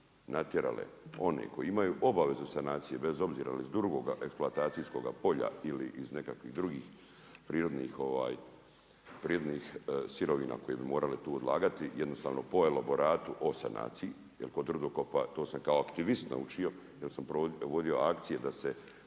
natjerale, one, koji imaju obavezu sanacija, bez obzira ili iz drugoga eksploatacijskoga polja ili iz nekakvih drugih prirodnih sirovina koje bi moralo to odlagati, jednostavno, po elaboratu o sanaciji, jer kod rudokopa, to sam kao aktivist naučio, jer sam vodio akcije da se